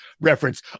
reference